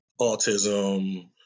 autism